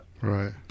Right